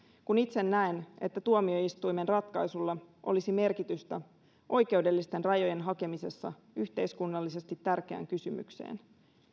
kun itse näen että tuomioistuimen ratkaisulla olisi merkitystä oikeudellisten rajojen hakemisessa yhteiskunnallisesti tärkeään kysymykseen